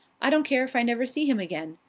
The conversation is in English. i don't care if i never see him again.